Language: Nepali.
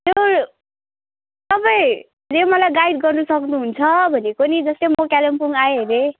त्यो तपाईँले मलाई गाइड गर्न सक्नुहुन्छ भनेको नि जस्तै म कालिम्पोङ आएँ अरे